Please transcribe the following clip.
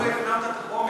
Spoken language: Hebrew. אבל למה לא הפנמת את החומר?